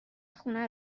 خونه